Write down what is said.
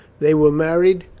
they were married.